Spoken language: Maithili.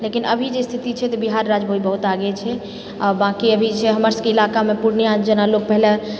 लेकिन अभी जे स्थिति छै तऽ बिहार राज्य बहुत आगे छै आ बांँकि अभी जे छै हमर सबके इलाकामे पूर्णिया जेना लोक पहिले